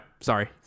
sorry